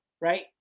right